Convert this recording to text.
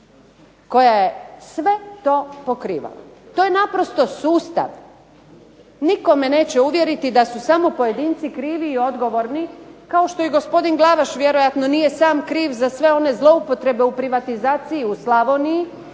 koja je sve to pokrivala. To je naprosto sustav. Nitko me neće uvjeriti da su samo pojedinci krivi i odgovorni, kao što je i gospodin Glavaš vjerojatno nije sam kriv za sve one zloupotrebe u privatizaciji u Slavoniji